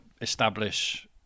establish